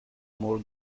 more